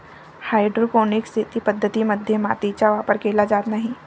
hydroponic शेती पद्धतीं मध्ये मातीचा वापर केला जात नाही